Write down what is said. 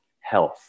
health